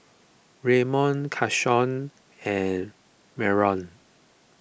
Ramon Keshaun and Mallorie